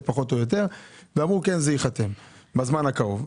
פחות או יותר ואמרו שזה ייחתם בזמן הקרוב.